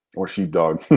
or sheepdog.